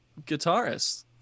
guitarist